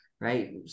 right